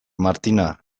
martina